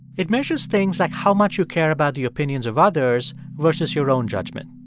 it measures things like how much you care about the opinions of others versus your own judgment.